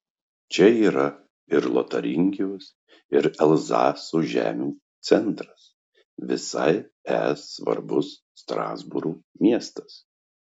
čia yra ir lotaringijos ir elzaso žemių centras visai es svarbus strasbūro miestas